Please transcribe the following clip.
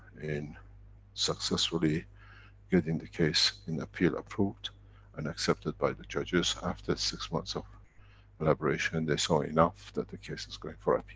in successfully getting the case in appeal, approved and accepted by the judges, after six months of elaboration. they saw enough that the case is going for